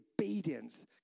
obedience